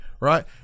right